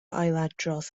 ailadrodd